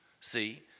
See